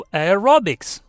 Aerobics